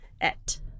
Et